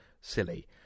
silly